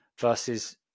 versus